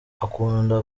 akunda